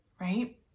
right